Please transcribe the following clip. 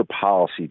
policy